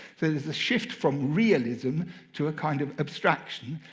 so there's the shift from realism to a kind of abstraction.